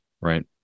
Right